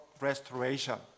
restoration